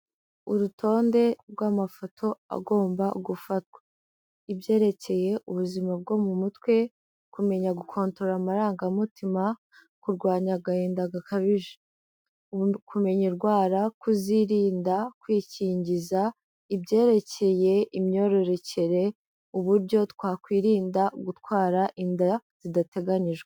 Urutonde rw'amafoto agomba gufatwa, ibyerekeye ubuzima bwo mu mutwe, kumenya gukontorora amaranga mutima, kurwanya agahinda gakabije. Kumenya indwara, kuzirinda, kwikingiza, ibyerekeye imyororokere, uburyo twakwirinda gutwara inda zidateganyijwe.